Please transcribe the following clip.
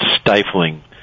stifling